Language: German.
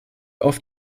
auf